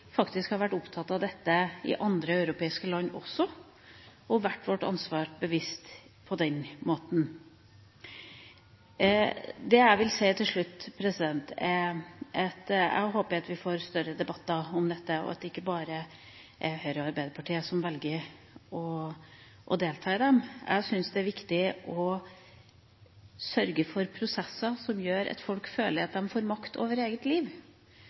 faktisk har vært opptatt av dette i andre europeiske land også – og vært oss vårt ansvar bevisst. Det jeg vil si til slutt, er at jeg håper vi får større debatter om dette, og at det ikke bare er Høyre og Arbeiderpartiet som velger å delta. Jeg syns det er viktig å sørge for prosesser som gjør at folk føler at de får makt over eget liv.